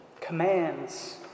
commands